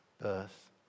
birth